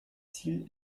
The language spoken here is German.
ziel